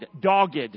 dogged